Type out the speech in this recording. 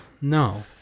No